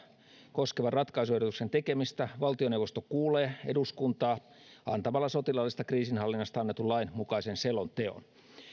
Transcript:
koskevan ratkaisuehdotuksen tekemistä valtioneuvosto kuulee eduskuntaa antamalla sotilaallisesta kriisinhallinnasta annetun lain mukaisen selonteon